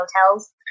hotels